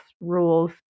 rules